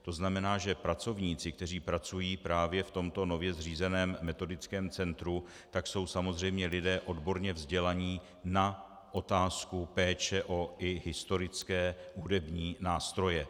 To znamená, že pracovníci, kteří pracují v tomto nově zřízeném metodickém centru, jsou samozřejmě lidé odborně vzdělaní na otázku péče i o historické hudební nástroje.